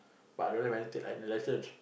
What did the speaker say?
but I don't have any license